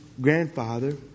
grandfather